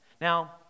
Now